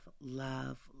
love